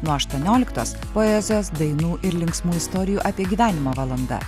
nuo aštuonioliktos poezijos dainų ir linksmų istorijų apie gyvenimo valanda